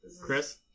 Chris